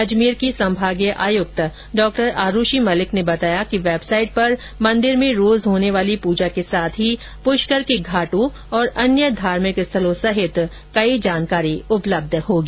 अजमेर की संभागीय आयुक्त डॉ आरुषि मलिक ने बताया कि वेबसाइट पर मंदिर में रोज होने वाली पूजा के साथ ही पुष्कर के घाटों और अन्य धार्मिक स्थलों सहित अन्य जानकारी भी होगी